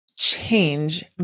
change